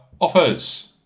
offers